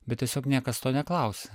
bet tiesiog niekas to neklausė